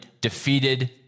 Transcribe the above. defeated